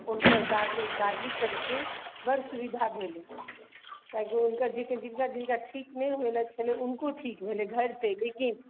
हुनकर गार्गिल गार्गिल करयसँ बड़ सुविधा भेलै कियाकि ओ करयसँ जिनका जिनका ठीक नहि होइलै छलै हुनको ठीक भेलै घरपर लेकिन